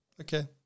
Okay